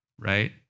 right